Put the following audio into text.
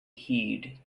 heed